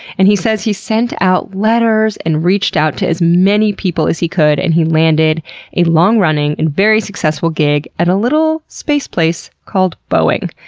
and he says he sent out letters and reached out to as many people as he could. and he landed a long-running and very successful gig at a little space place called boeing,